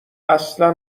اصلا